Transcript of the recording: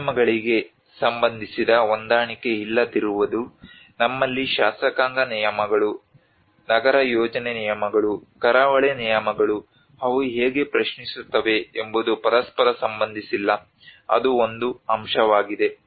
ನಿಯಮಗಳಿಗೆ ಸಂಬಂಧಿಸಿದ ಹೊಂದಾಣಿಕೆ ಇಲ್ಲದಿರುವದು ನಮ್ಮಲ್ಲಿ ಶಾಸಕಾಂಗ ನಿಯಮಗಳು ನಗರ ಯೋಜನೆ ನಿಯಮಗಳು ಕರಾವಳಿ ನಿಯಮಗಳು ಅವು ಹೇಗೆ ಪ್ರವೇಶಿಸುತ್ತವೆ ಎಂಬುದು ಪರಸ್ಪರ ಸಂಬಂಧಿಸಿಲ್ಲ ಅದು ಒಂದು ಅಂಶವಾಗಿದೆ